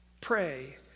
pray